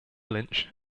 lynch